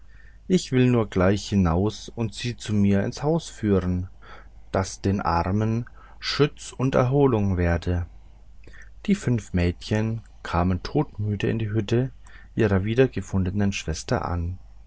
ich will nur gleich hinaus und sie zu mir ins haus führen das den armen schütz und erholung werde die fünf mädchen kamen todmüde in der hütte ihrer wiedergefundenen schwester an